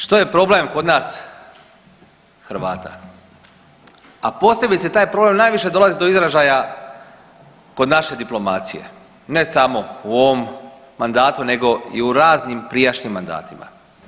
Što je problem kod nas Hrvata, a posebice taj problem najviše dolazi do izražaja kod naše diplomacije, ne samo u ovom mandatu nego i u raznim prijašnjim mandatima.